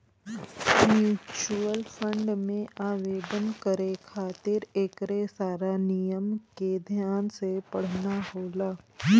mutual fund में आवेदन करे खातिर एकरे सारा नियम के ध्यान से पढ़ना होला